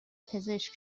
پزشک